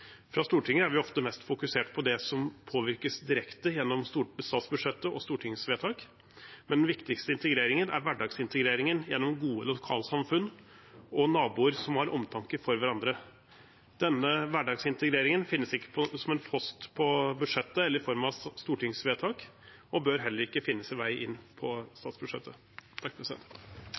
Stortinget er vi ofte mest fokusert på det som påvirkes direkte gjennom statsbudsjettet og stortingsvedtak, men den viktigste integreringen er hverdagsintegreringen gjennom gode lokalsamfunn og naboer som har omtanke for hverandre. Denne hverdagsintegreringen finnes ikke som en post på budsjettet eller i form av stortingsvedtak – og bør heller ikke finne sin vei inn på statsbudsjettet.